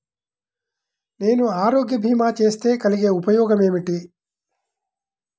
నేను ఆరోగ్య భీమా చేస్తే కలిగే ఉపయోగమేమిటీ?